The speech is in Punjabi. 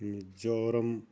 ਏ ਜੌਰਮ